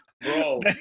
Bro